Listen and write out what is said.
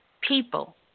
people